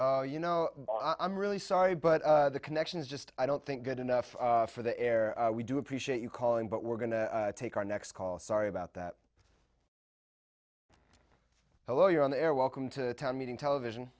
because you know i'm really sorry but the connection is just i don't think good enough for the air we do appreciate you calling but we're going to take our next call sorry about that hello you're on the air welcome to town meeting television